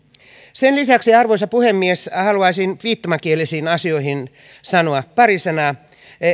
sen lisäksi arvoisa puhemies haluaisin viittomakielisten asioista sanoa pari sanaa